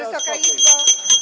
Wysoka Izbo!